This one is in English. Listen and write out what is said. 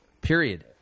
period